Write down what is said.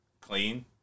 clean